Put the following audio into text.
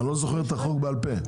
אני לא זוכר את החוק בעל פה.